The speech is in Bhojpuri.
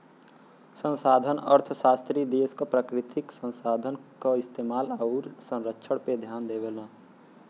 संसाधन अर्थशास्त्री देश क प्राकृतिक संसाधन क इस्तेमाल आउर संरक्षण पे ध्यान देवलन